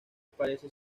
parece